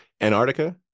Antarctica